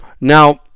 Now